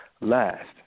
last